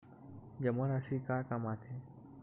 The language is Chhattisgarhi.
जमा राशि का काम आथे?